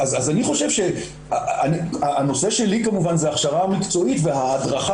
הנושא שלי כמובן זה ההכשרה המקצועית וההדרכה